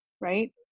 right